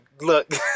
Look